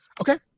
Okay